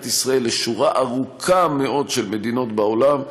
ישראל לשורה ארוכה מאוד של מדינות בעולם.